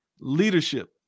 leadership